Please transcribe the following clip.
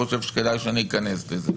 אני לא חושב שכדאי שאני אכנס לזה.